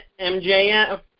MJF